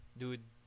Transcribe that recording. dude